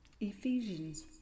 ephesians